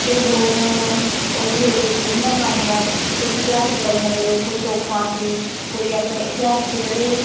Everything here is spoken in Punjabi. ਅਤੇ ਇਹ ਹੋਰ ਉੱਥੇ ਜਿਹੜੀਆਂ ਪੁਰਾਣੀਆਂ ਸਿੱਖ ਇਤਿਹਾਸ ਲੜਾਈਆਂ ਵੇਲੇ ਕੋਈ ਤੋਪਾਂ ਸੀ ਕੋਈ ਆਪਣੇ ਇਤਿਹਾਸਿਕ ਜਿਹੜੇ